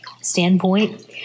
standpoint